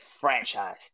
franchise